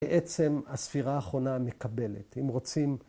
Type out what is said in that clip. ‫בעצם הספירה האחרונה מקבלת.